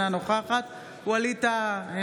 אינה נוכחת ווליד טאהא,